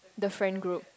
the friend group